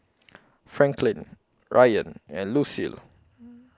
Franklyn Ryann and Lucille